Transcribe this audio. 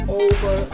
over